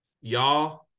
y'all